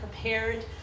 prepared